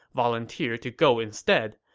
volunteered to go instead.